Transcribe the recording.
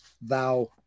Thou